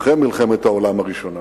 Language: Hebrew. אחרי מלחמת העולם הראשונה